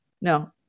No